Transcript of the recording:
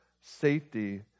safety